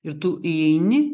ir tu įeini